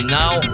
now